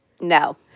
No